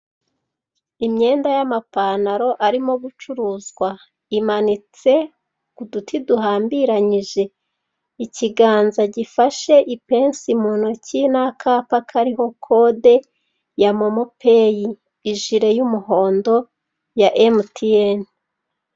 Imyenda y'amapantaro arimo gucuruzwa. Imanitse ku duti duhambiranyije. Ikiganza gifashe ipesi mu ntoki n'akapa kariho kode ya MoMo peyi. Ijire y'umuhondo ya emutiyeni.